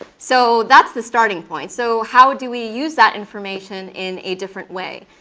so that's the starting point, so how do we use that information in a different way?